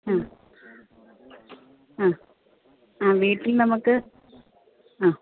ആ ആ ആ വീട്ടിൽ നമുക്ക് ആ